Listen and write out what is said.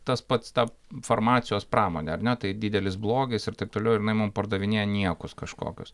tas pats ta farmacijos pramonė ar ne tai didelis blogis ir taip toliau ir jinai mum pardavinėja niekus kažkokius